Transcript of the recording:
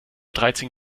dreizehn